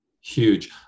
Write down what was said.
Huge